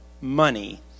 money